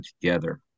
together